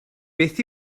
beth